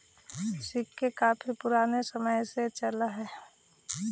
सिक्के काफी पूराने समय से चलन में हई